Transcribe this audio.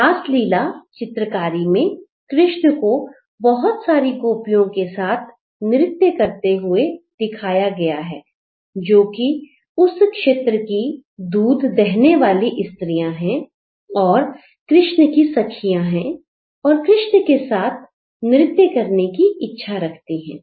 रासलीला चित्रकारी में कृष्ण को बहुत सारी गोपियों के साथ नृत्य करते हुए दिखाया गया है जो कि उस क्षेत्र की दूध दहनेवाली स्त्रियां हैं और कृष्ण की सखियां है और कृष्ण के साथ नृत्य करने की इच्छा रखती हैं